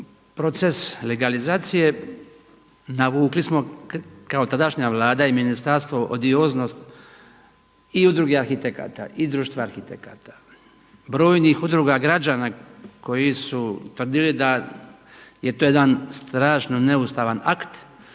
proces legalizacije navukli smo kao tadašnja Vlada i ministarstvo … i Udruge arhitekata, i Društvo arhitekata, brojnih udruga građana koji su tvrdili da je to jedan strašno neustavan akt